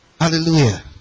Hallelujah